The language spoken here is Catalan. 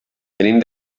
venim